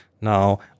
Now